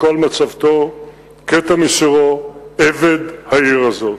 על מצבתו קטע משירו "עבד העיר הזאת".